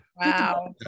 Wow